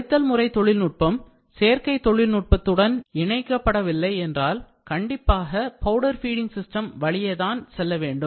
கழித்தல் முறை தொழில்நுட்பம் சேர்க்கை உற்பத்தி தொழில் நுட்பத்துடன் இணைக்கப்படவில்லை என்றால் கண்டிப்பாக powder feeding system வழியேதான் செல்ல வேண்டும்